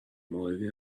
موردی